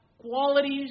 Qualities